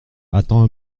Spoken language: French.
attends